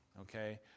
okay